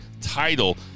title